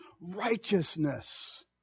righteousness